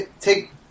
Take